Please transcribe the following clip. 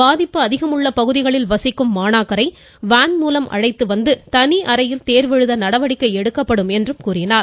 பாதிப்பு அதிகம் உள்ள பகுதிகளில் வசிக்கும் மாணாக்கரை வேன் மூலம் அழைத்து வந்து தனி அறையில் தேர்வு எழுத நடவடிக்கை எடுக்கப்படும் என்றார்